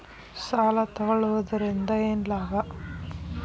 ಸಾಲ ತಗೊಳ್ಳುವುದರಿಂದ ಏನ್ ಲಾಭ?